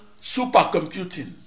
Supercomputing